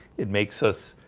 it makes us